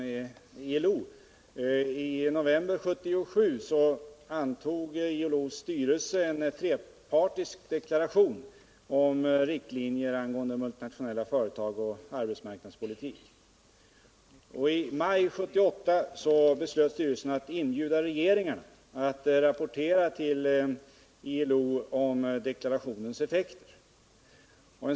Nr 26 I november 1977 antog ILO:s styrelse en trepartsdeklaration om riktlinjer Måndagen den angående multinationella företag och arbetsmarknadspolitik, och i maj 1978 12 november 1979 beslöt styrelsen inbjuda regeringarna att rapportera till ILO om deklarationens effekter.